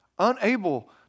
Unable